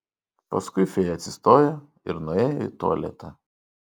paskui fėja atsistojo ir nuėjo į tualetą